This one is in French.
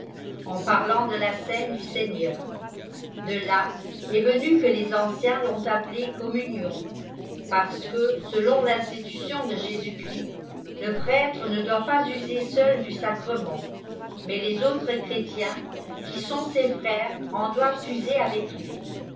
en parlant de la cène du seigneur de là est venu que les anciens tont appelée communion parce que selon tinstilution je jesus cbnst le prêtre ne doit pas user seul du sacrement mais les autres chrétiens qui sont ses frères en doivent user avec lui